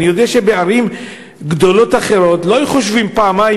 אני יודע שבערים גדולות אחרות לא היו חושבים פעמיים